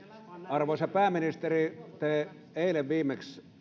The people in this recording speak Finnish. arvoisa pääministeri te eilen viimeksi